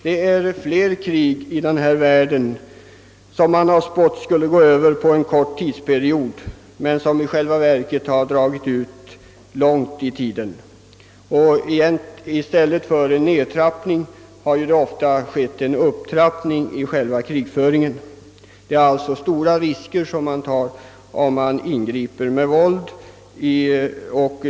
Det är fler krig som man har spått skulle bli kortvariga men som i själva verket dragit långt ut på tiden. I stället för nedtrappning har det oftast blivit en upptrappning av själva krigföringen. Det är alltså stora risker som man tar om man ingriper med våld.